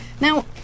now